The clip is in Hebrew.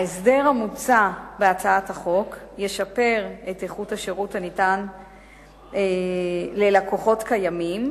ההסדר המוצע בהצעת החוק ישפר את איכות השירות הניתן ללקוחות קיימים,